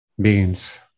beings